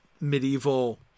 medieval